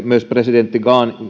myös presidentti